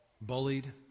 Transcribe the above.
bullied